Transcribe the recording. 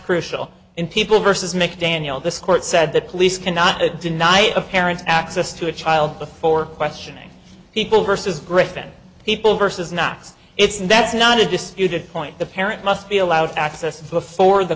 crucial in people versus make danielle this court said the police cannot deny a parent's access to a child before questioning people versus griffin people versus knox it's that's not a disputed point the parent must be allowed access before the